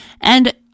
And-